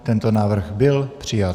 Tento návrh byl přijat.